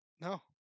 No